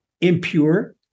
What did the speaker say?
impure